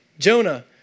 Jonah